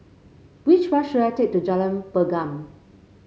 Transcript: which bus should I take to Jalan Pergam